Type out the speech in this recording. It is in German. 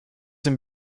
ihm